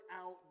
out